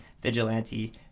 vigilante